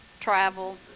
travel